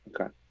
Okay